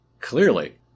clearly